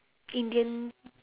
indian